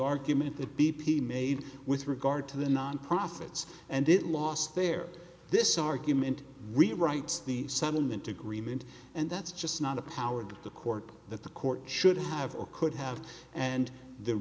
argument that b p made with regard to the non profits and it lost their this argument rewrites the settlement agreement and that's just not a powered the court that the court should have or could have and the